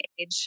age